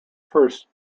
first